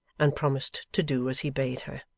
and promised to do as he bade her.